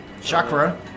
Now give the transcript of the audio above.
Chakra